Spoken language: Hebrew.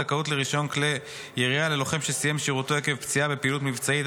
זכאות לרישיון כלי ירייה ללוחם שסיים שירותו עקב פציעה בפעילות מבצעית),